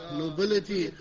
nobility